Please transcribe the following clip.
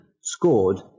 scored